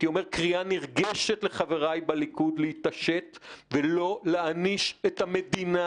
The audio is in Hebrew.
קריאה נרגשת לחבריי בליכוד להתעשת ולא להעניש את המדינה,